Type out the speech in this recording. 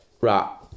Right